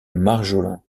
marjolin